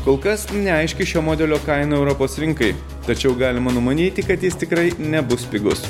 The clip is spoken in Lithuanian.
kol kas neaiški šio modelio kaina europos rinkai tačiau galima numanyti kad jis tikrai nebus pigus